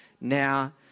Now